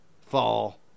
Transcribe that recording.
fall